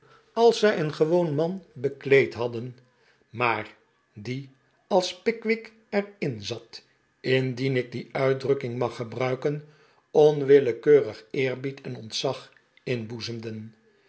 als zij een gewoon man bekleed hadden maardie als pickwick er in zat indien ik die uitdrukking mag gebruiken onwillekeurig eerbied en ontzag